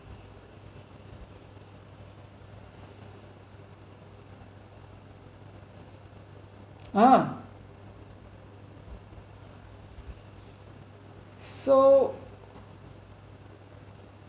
!huh! so